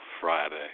Friday